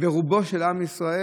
ורובו של עם ישראל